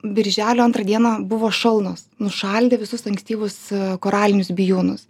birželio antrą dieną buvo šalnos nušaldė visus ankstyvus koralinius bijūnus